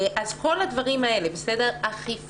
אז כל הדברים האלה אכיפה,